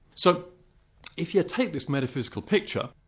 so if you take this metaphysical picture,